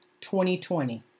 2020